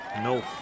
No